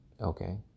Okay